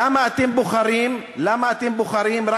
למה אתם בוחרים רק